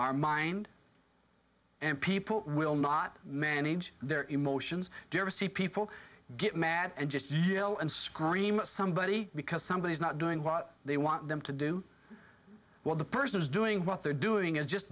our mind and people will not manage their emotions during see people get mad and just yell and scream somebody because somebody is not doing what they want them to do what the person is doing what they're doing is just